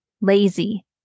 lazy